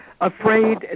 afraid